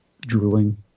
drooling